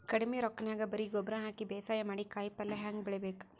ಕಡಿಮಿ ರೊಕ್ಕನ್ಯಾಗ ಬರೇ ಗೊಬ್ಬರ ಹಾಕಿ ಬೇಸಾಯ ಮಾಡಿ, ಕಾಯಿಪಲ್ಯ ಹ್ಯಾಂಗ್ ಬೆಳಿಬೇಕ್?